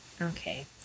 okay